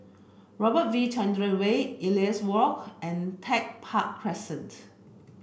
Robert V Chandran Way Ellis Walk and Tech Park Crescent